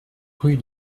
rue